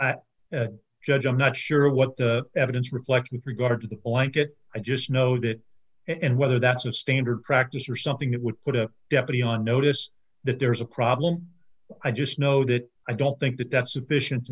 judge i'm not sure what the evidence reflects that regard to the blanket i just know that and whether that's a standard practice or something that would put a deputy on notice that there's a problem i just know that i don't think that that's sufficient